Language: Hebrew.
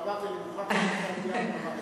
ואמרתי שאני מוכרח ללכת למליאה לומר את זה.